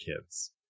kids